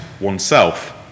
oneself